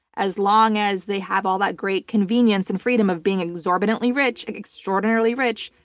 as long as they have all that great convenience and freedom of being exorbitantly rich and extraordinarily rich,